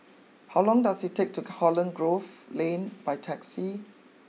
how long does it take to Holland Grove Lane by taxi